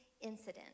incident